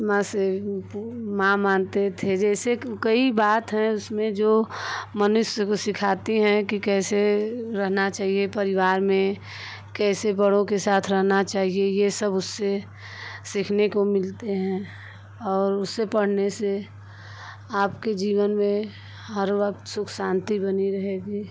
माँ से माँ मानते थे जैसे कि कई बात हैं उसमें जो मनुष्य को सिखाती हैं कि कैसे रहना चाहिए परिवार में कैसे बड़ों के साथ रहना चाहिए ये सब उससे सीखने को मिलते हैं और उसे पढ़ने से आपके जीवन में हर वक्त सुख शांति बनी रहेगी